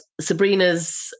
sabrina's